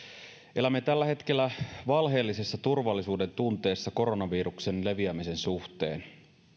elämme tällä hetkellä valheellisessa turvallisuudentunteessa koronaviruksen leviämisen suhteen